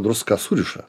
druska suriša